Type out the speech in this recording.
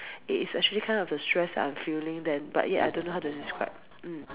it is actually kind of the stress that I'm feeling but then I don't know how to describe mm